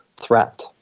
threat